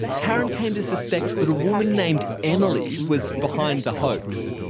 taryn came to suspect that a woman named emily was behind the hoax.